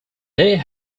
they